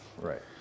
Right